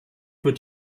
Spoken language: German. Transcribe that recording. wird